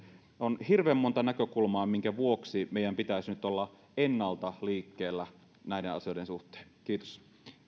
on siis hirveän monta näkökulmaa minkä vuoksi meidän pitäisi nyt olla ennalta liikkeellä näiden asioiden suhteen kiitos